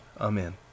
Amen